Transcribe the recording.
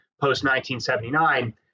post-1979